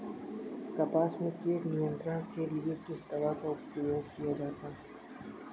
कपास में कीट नियंत्रण के लिए किस दवा का प्रयोग किया जाता है?